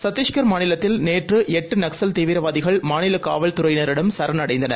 சத்திஷ்கர் மாநிலத்தில் நேற்றுளட்டுநக்ஸல் தீவிரவாதிகள் மாநிலகாவல்துறையினரிடமசரன் அடைந்தனர்